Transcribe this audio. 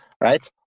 right